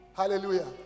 Hallelujah